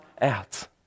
out